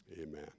Amen